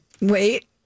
Wait